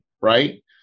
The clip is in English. right